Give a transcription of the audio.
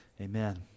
Amen